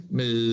med